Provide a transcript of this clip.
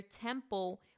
temple